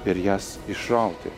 ir jas išrauti